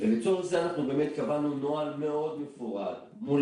לצורך זה אנחנו באמת קבענו נוהל מאוד מפורט מול